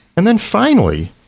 and then finally,